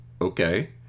okay